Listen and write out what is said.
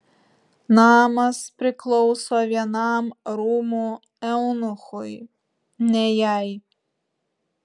namas priklauso vienam rūmų eunuchui ne jai